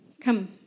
come